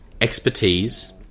expertise